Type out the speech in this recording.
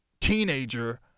teenager